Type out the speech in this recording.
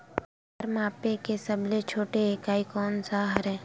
भार मापे के सबले छोटे इकाई कोन सा हरे?